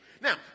Now